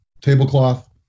tablecloth